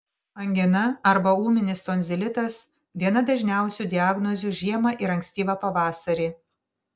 angina arba ūminis tonzilitas viena dažniausių diagnozių žiemą ir ankstyvą pavasarį